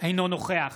אינו נוכח